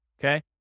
Okay